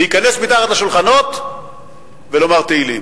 להיכנס מתחת לשולחנות ולומר תהילים.